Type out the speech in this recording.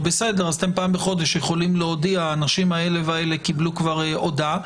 אז אתם פעם בחודש יכולים להודיע שהאנשים האלה אלה קיבלו כבר הודעה.